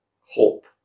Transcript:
hope